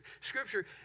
scripture